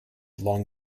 long